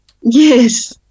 Yes